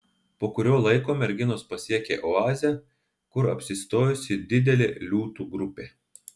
po kurio laiko merginos pasiekia oazę kur apsistojusi didelė liūtų grupė